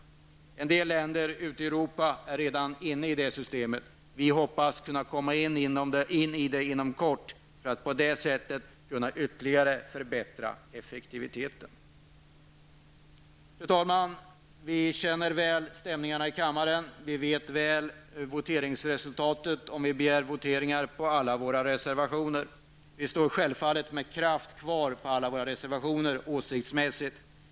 I en del länder ute i Europa är man redan inne i det systemet. Vi hoppas att Sverige skall kunna komma med inom kort för att vi på det sättet skall få en ytterligare förbättrad effektivitet. Fru talman! Vi känner väl till stämningarna här i kammaren och vet mycket väl vad resultatet blir om vi begär votering beträffande alla våra reservationer. Självfallet står vi fast vid alla våra reservationer åsiktsmässigt.